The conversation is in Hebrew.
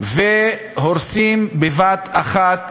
והורסים בבת-אחת